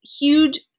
huge